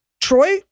Troy